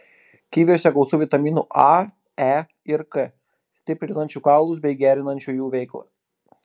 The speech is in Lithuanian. kiviuose gausu vitaminų a e ir k stiprinančių kaulus bei gerinančių jų veiklą